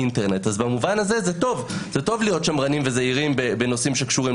עם זאת אני רוצה להסב את תשומת הלב לעובדה שתושבי הכפרים הלא